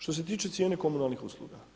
Što se tiče cijene komunalnih usluga?